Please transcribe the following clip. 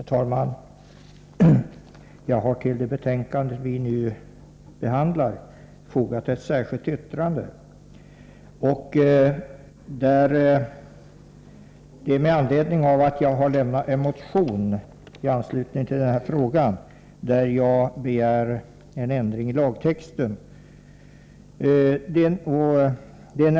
Herr talman! Jag har till det betänkande som vi nu behandlar fogat ett särskilt yttrande. Med anledning av denna fråga har jag i en motion begärt att det skall göras en ändring i lagtexten.